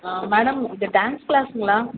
ஆ madam இது dance க்ளாஸ்ஸுங்களா